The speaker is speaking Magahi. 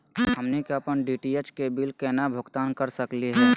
हमनी के अपन डी.टी.एच के बिल केना भुगतान कर सकली हे?